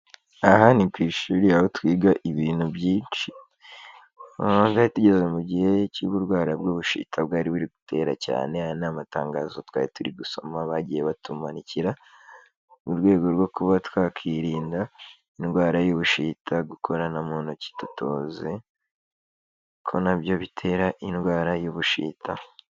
Aha ni kwishuri aho twiga ibintu byinshi, aha twari tugeze mu gihe cy'uburwayi bw'ubushita bwari buri gutera cyane aya ni amatangazo twari turi gusoma bagiye batumanikira mu rwego rwo kuba twakirinda indwara y'ubushita, gukorana mu ntoki dutoze ko nabyo bitera indwara y'ubushita.